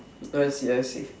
I see I see